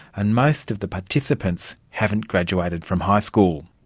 and most of the participants haven't graduated from high school.